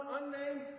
unnamed